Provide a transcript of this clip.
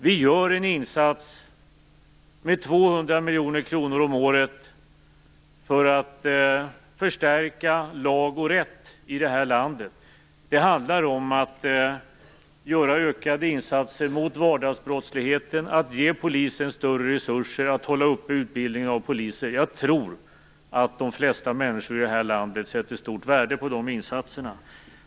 Vi gör en insats med 200 miljoner kronor om året för att förstärka lag och rätt i det här landet. Det handlar om att göra ökade insatser mot vardagsbrottsligheten, att ge polisen större resurser, att hålla uppe utbildningen av poliser. Jag tror att de flesta människor i det här landet sätter stort värde på de insatserna.